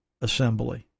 assembly